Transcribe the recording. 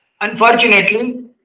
unfortunately